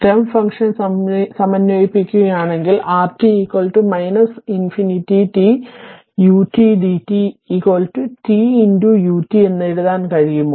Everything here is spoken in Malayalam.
സ്റ്റെപ്പ് ഫംഗ്ഷൻ സമന്വയിപ്പിക്കുകയാണെങ്കിൽ rt അനന്തതയെ t ut d t t ut എന്ന് എഴുതാൻ കഴിയുമോ